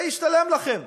זה ישתלם לכם.